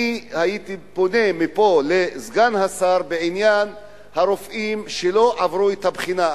אני הייתי פונה מפה אל סגן השר בעניין הרופאים שלא עברו את הבחינה.